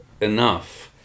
enough